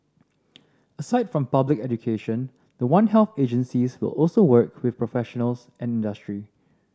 aside from public education the One Health agencies will also work with professionals and industry